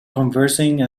conversing